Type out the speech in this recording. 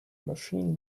machine